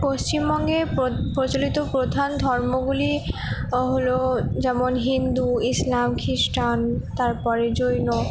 পশ্চিমবঙ্গে প্রচলিত প্রধান ধর্মগুলি হলো যেমন হিন্দু ইসলাম খিস্টান তারপরে জৈন